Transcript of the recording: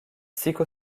psycho